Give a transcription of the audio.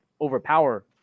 overpower